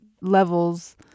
levels